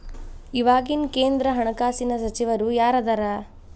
ಇವಾಗಿನ ಕೇಂದ್ರ ಹಣಕಾಸಿನ ಸಚಿವರು ಯಾರದರ